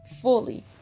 Fully